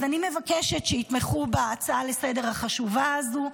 אז אני מבקשת שיתמכו בהצעה לסדר-היום החשובה הזו.